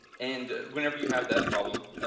and whenever you have that problem,